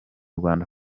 rwanda